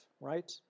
right